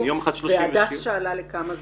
כן, יום אחד --- הדס שאלה לכמה זמן.